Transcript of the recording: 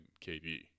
KB